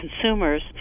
consumers